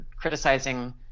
criticizing